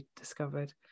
discovered